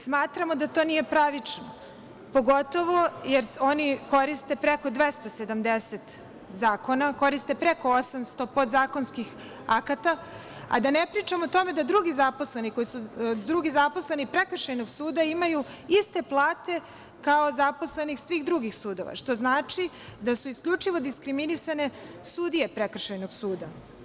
Smatramo da to nije pravično, pogotovo jer oni koriste preko 270 zakona, koriste preko 800 podzakonskih akata, a da ne pričam o tome da drugi zaposleni prekršajnog suda imaju iste plate kao zaposleni svih drugih sudova, što znači da su isključivo diskriminisane sudije prekršajnog suda.